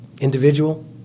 individual